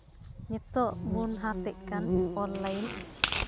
ᱱᱤᱛᱚᱜ ᱵᱚᱱ ᱦᱟᱛ ᱮᱜ ᱠᱟᱱ ᱚᱱᱞᱟᱭᱤᱱ